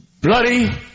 bloody